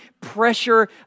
pressure